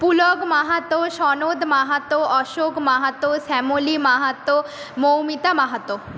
Pulak Mahato Sanat Mahato Ashok Mahato Shyamali Mahato Moumita Mahato